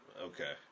okay